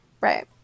Right